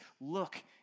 look